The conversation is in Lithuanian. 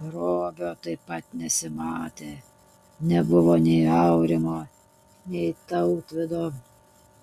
robio taip pat nesimatė nebuvo nei aurimo nei tautvydo